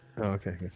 okay